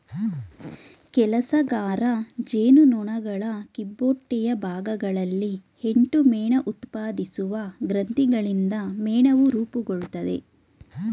ಕೆಲಸಗಾರ ಜೇನುನೊಣಗಳ ಕಿಬ್ಬೊಟ್ಟೆಯ ಭಾಗಗಳಲ್ಲಿ ಎಂಟು ಮೇಣಉತ್ಪಾದಿಸುವ ಗ್ರಂಥಿಗಳಿಂದ ಮೇಣವು ರೂಪುಗೊಳ್ತದೆ